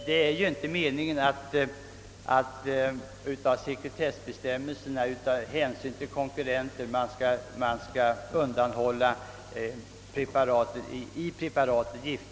Det är ju inte meningen att man av konkurrensskäl skall i sekretessbestämmelserna = förtiga förekomsten av giftiga ämnen i preparatet.